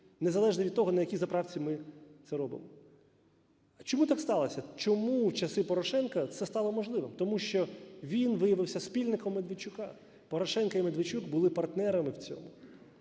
незалежно від того, на якій заправці ми це робимо. Чому так сталося? Чому в часи Порошенка це стало можливим? Тому що він виявився спільником Медведчука. Порошенко і Медведчук були партнерами в цьому.